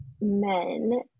men